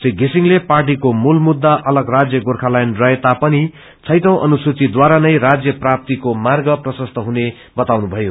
री विसिङले पादीको मूलमुद्दा अलग राजय गोर्खाल्याण्ड रहेता पनि छैटौं अनुसूचीद्वारा नै राज्य प्राप्तिको मार्ग प्रशस्त हुन बताउनुभयो